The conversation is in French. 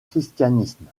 christianisme